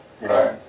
Right